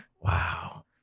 Wow